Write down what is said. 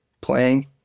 playing